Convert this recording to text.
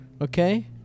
Okay